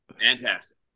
Fantastic